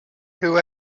who